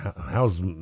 How's